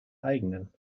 eigenen